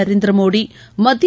நரேந்திர மோடி மத்திய